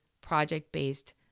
project-based